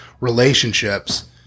relationships